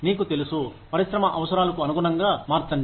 నీకు తెలుసు పరిశ్రమ అవసరాలకు అనుగుణంగా మార్చండి